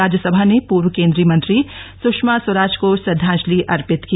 राज्यसभा ने पूर्व केन्द्रीय मंत्री सुषमा स्वराज को श्रद्वांजलि अर्पित की